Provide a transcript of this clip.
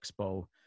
Expo